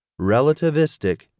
relativistic